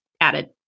added